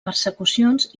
persecucions